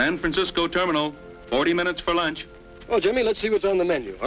san francisco terminal forty minutes for lunch well jimmy let's see what's on the menu